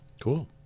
Cool